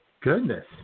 Goodness